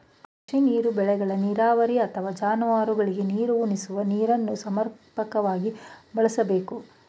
ಕೃಷಿ ನೀರು ಬೆಳೆಗಳ ನೀರಾವರಿ ಅಥವಾ ಜಾನುವಾರುಗಳಿಗೆ ನೀರುಣಿಸುವ ನೀರನ್ನು ಸಮರ್ಪಕವಾಗಿ ಬಳಸ್ಬೇಕು